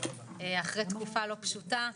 אחרי תקופה לא פשוטה,